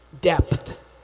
Depth